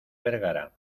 vergara